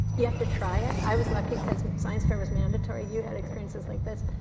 you have to try it. i was lucky cause science fair was mandatory, you had experiences like this.